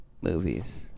movies